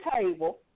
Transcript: table